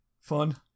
Fun